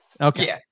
Okay